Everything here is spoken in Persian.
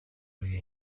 روی